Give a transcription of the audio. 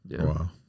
Wow